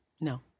No